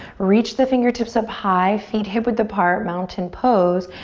reach the fingertips up high. feet hip width apart, mountain pose.